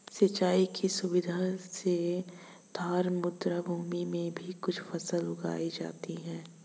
सिंचाई की सुविधा से थार मरूभूमि में भी कुछ फसल उगाई जाती हैं